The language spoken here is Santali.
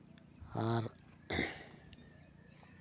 ᱟᱨ